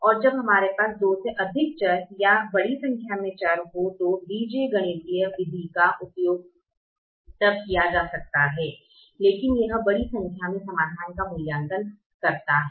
और जब हमारे पास दो से अधिक चर या बड़ी संख्या मे चर हो तो बीजगणितीय विधि का उपयोग तब किया जा सकता है लेकिन यह बड़ी संख्या में समाधान का मूल्यांकन करता है